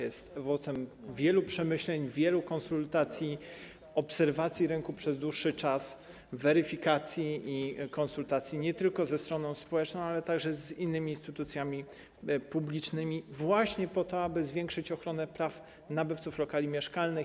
Jest owocem wielu przemyśleń, wielu konsultacji, obserwacji rynku przez dłuższy czas, weryfikacji i konsultacji nie tylko ze stroną społeczną, ale także z innymi instytucjami publicznymi właśnie po to, aby zwiększyć ochronę praw nabywców lokali mieszkalnych.